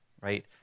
right